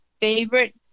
favorite